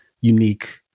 unique